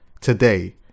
today